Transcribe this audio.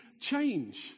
change